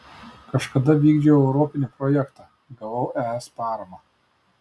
kažkada vykdžiau europinį projektą gavau es paramą